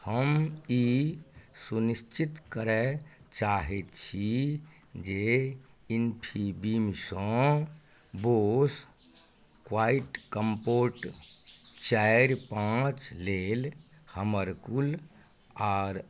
हम ई सुनिश्चित करय चाहैत छी जे इन्फीबीम सँ बोस क्वाइटकम्पोर्ट चारि पाँच लेल हमर कुल आओर